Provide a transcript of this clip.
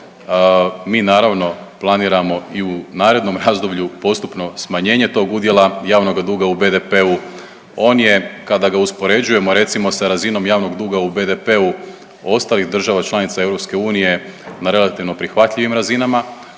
Mi naravno planiramo i u narednom razdoblju postupno smanjenje tog udjela javnoga duga u BDP-u. On je kada ga uspoređujemo recimo sa razinom javnog duga u BDP-u ostalih država članica EU na relativno prihvatljivim razinama